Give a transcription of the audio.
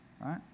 Right